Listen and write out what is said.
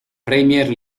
premier